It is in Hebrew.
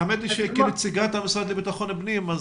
האמת היא שכנציגת המשרד לבטחון פנים,